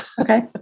Okay